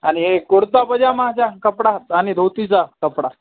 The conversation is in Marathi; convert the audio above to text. आणि हे कुडता पजामाच्या कपडात आणि धोतीचा कपडा